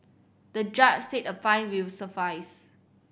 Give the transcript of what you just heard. the judge said a fine will suffice